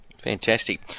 Fantastic